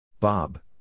Bob